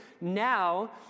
now